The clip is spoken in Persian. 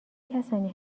کسانی